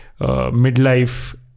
midlife